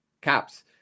Caps